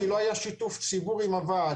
כי לא היה שיתוף ציבור עם הוועד.